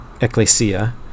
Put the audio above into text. ecclesia